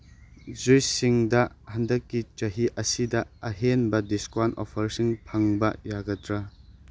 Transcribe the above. ꯖꯨꯏꯁꯁꯤꯡꯗ ꯍꯟꯗꯛꯀꯤ ꯆꯍꯤ ꯑꯁꯤꯗ ꯑꯍꯦꯟꯕ ꯗꯤꯁꯀꯥꯎꯟ ꯑꯣꯐꯔꯁꯤꯡ ꯐꯪꯕ ꯌꯥꯒꯗ꯭ꯔꯥ